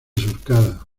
surcada